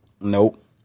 Nope